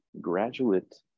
graduate